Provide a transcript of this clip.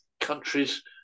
countries